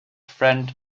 friend